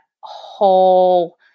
whole